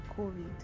COVID